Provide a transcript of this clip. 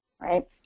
right